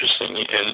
interesting